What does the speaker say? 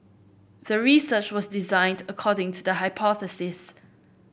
the research was designed according to the hypothesis